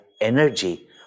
energy